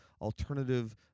alternative